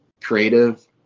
creative